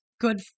good